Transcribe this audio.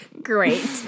great